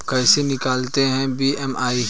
कैसे निकालते हैं बी.एम.आई?